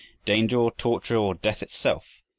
danger or torture or death itself,